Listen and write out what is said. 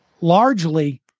largely